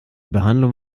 behandlung